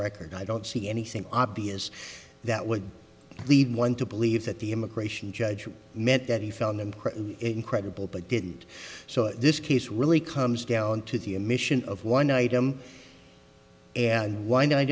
record i don't see anything obvious that would lead one to believe that the immigration judge meant that he felt incredible but didn't so this case really comes down to the emission of one item and why no